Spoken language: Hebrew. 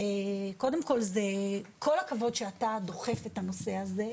קודם כל, כל הכבוד שאתה דוחף את הנושא הזה.